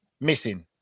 missing